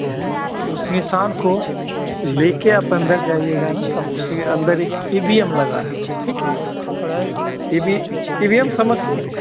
और उस निशान को लेकर आप अंदर जाइएगा ना तब उसके अंदर एक ई वी एम लगा रहता है ठीक है E V E V M समझती हैं आप